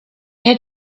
had